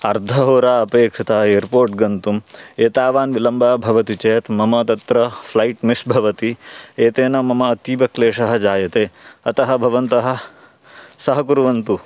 अर्धहोरा अपेक्षिता एर्पोर्ट् गन्तुं एतावान् विलम्बः भवति चेत् मम तत्र फ़्लैट् मिस् भवति एतेन मम अतीवक्लेशः जायते अतः भवन्तः सहकुर्वन्तु